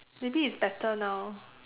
maybe is better now